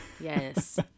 yes